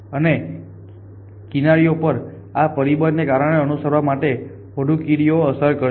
અને તે કિનારીઓ પરના આ પરિબળ ને કારણે અનુસરવા માટે વધુ કીડીઓને અસર કરશે